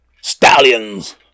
stallions